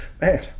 man